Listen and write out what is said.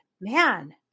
man